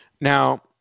Now